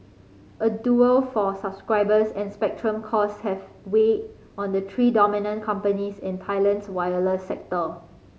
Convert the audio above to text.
a duel for subscribers and spectrum costs have weighed on the three dominant companies in Thailand's wireless sector